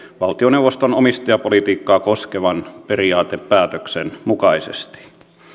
valtioneuvoston omistajapolitiikkaa koskevan periaatepäätöksen mukaisesti